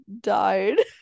died